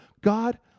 God